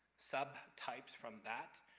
sub-types, from that,